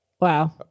Wow